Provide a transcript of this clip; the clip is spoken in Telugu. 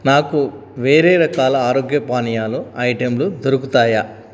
నాకు వేరే రకాల ఆరోగ్య పానీయాల ఐటెంలు దొరుకుతాయా